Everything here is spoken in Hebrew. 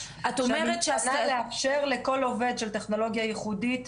אמרתי שנאפשר לכל עובד של הטכנולוגיה הייחודית,